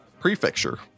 Prefecture